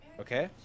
okay